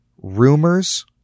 rumors